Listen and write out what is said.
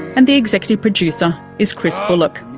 and the executive producer is chris bullock.